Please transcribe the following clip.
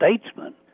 statesman